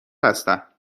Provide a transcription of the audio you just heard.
هستم